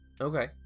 Okay